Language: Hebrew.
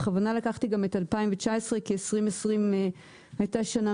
בכוונה לקחתי גם את 2019 כי 2020 הייתה שנה